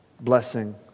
blessing